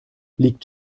liegt